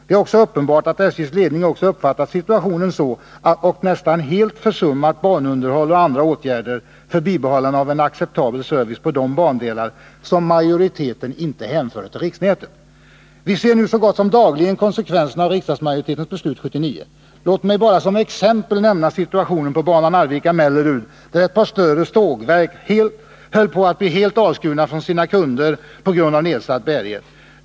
Det är också uppenbart att SJ:s ledning uppfattat situationen så och nästan helt försummat banunderhåll och andra åtgärder för bibehållande av en acceptabel service på de bandelar som majoriteten inte hänförde till riksnätet. Vi ser nu så gott som dagligen konsekvenserna av riksdagsmajoritetens beslut 1979. Låt mig bara som exempel nämna situationen på banan Arvika-Mellerud, där ett par större sågverk höll på att bli helt avskurna från sina kunder på grund av nedsatt bärighet.